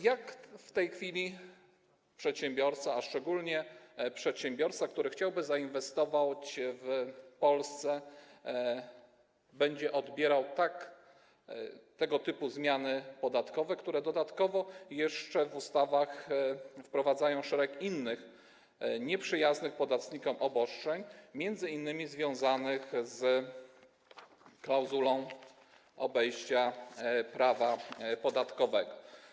Jak w tej chwili przedsiębiorca, a szczególnie przedsiębiorca, który chciałby zainwestować w Polsce, będzie odbierał tego typu zmiany podatkowe, które dodatkowo jeszcze wprowadzają w ustawach szereg innych nieprzyjaznych podatnikom obostrzeń, m.in. związanych z klauzulą obejścia prawa podatkowego?